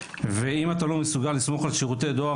ואם אתה לא מסוגל לסמוך על שירותי דואר,